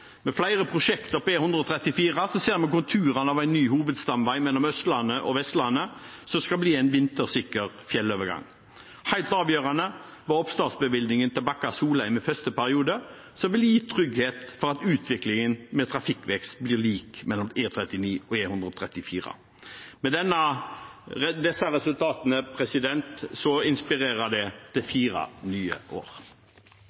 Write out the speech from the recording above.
Med flere prosjekter på E134 ser man konturene av en ny hovedstamvei mellom Østlandet og Vestlandet, som skal bli en vintersikker fjellovergang. Helt avgjørende var oppstartsbevilgningen til Bakka–Solheim i første periode, som vil gi trygghet for at utviklingen med trafikkvekst blir lik mellom E39 og E134. Med disse resultatene inspirerer det til fire nye år. Det